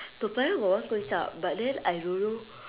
toa payoh got one kway chap but then I don't know